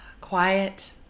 quiet